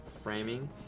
framing